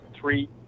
three